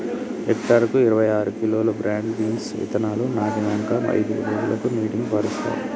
hectare కు ఇరవై ఆరు కిలోలు బ్రాడ్ బీన్స్ విత్తనాలు నాటినంకా అయిదు రోజులకు నీటిని పారిత్తార్